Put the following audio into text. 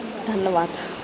ਧੰਨਵਾਦ